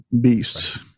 beasts